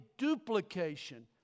duplication